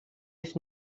its